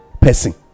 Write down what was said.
person